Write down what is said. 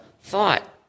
thought